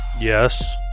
Yes